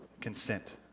consent